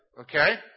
Okay